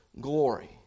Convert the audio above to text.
glory